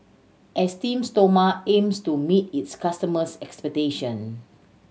Esteem Stoma aims to meet its customers' expectation